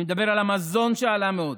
אני מדבר על המזון שעלה מאוד,